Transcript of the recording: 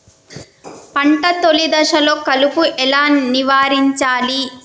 పంట తొలి దశలో కలుపు ఎలా నివారించాలి?